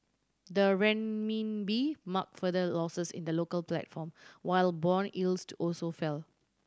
the Renminbi marked further losses in the local platform while bond yields to also fell